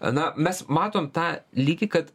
na mes matom tą lygį kad